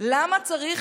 למה צריך